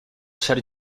ser